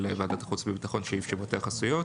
ועדת החוץ והביטחון שישיבותיה חסויות.